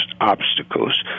obstacles